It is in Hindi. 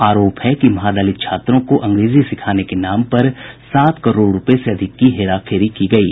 आरोप है कि महादलित छात्रों को अंग्रेजी सिखाने के नाम पर सात करोड़ रूपये से अधिक की हेराफेरी की गयी